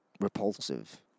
repulsive